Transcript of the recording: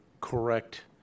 correct